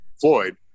Floyd